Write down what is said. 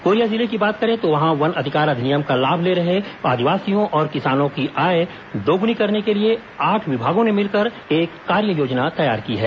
Korea जिले की बात करे तो वहां वन अधिकार अधिनियम का लाभ ले रहे आदिवासियों और किसानों की आय दोगुनी करने के लिए आठ विभागों ने मिलकर एक कार्ययोजना तैयार की है